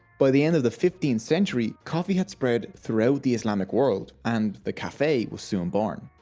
by the end of the fifteenth century, coffee had spread throughout the islamic world and the cafe was soon born.